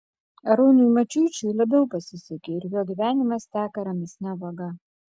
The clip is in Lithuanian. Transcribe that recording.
arūnui mačiuičiui labiau pasisekė ir jo gyvenimas teka ramesne vaga